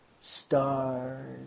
stars